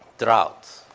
droughts.